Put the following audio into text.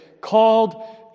called